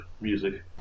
music